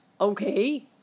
Okay